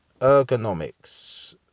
Ergonomics